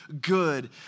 good